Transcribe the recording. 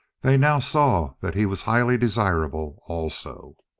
they now saw that he was highly desirable also.